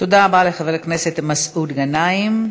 תודה רבה לחבר הכנסת מסעוד גנאים.